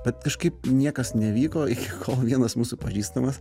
bet kažkaip niekas nevyko iki kol vienas mūsų pažįstamas